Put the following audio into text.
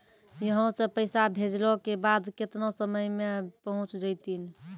यहां सा पैसा भेजलो के बाद केतना समय मे पहुंच जैतीन?